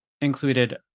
included